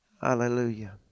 Hallelujah